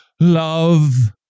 love